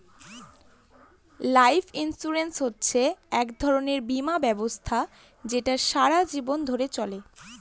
life insurance হচ্ছে এক ধরনের বীমা ব্যবস্থা যেটা সারা জীবন ধরে চলে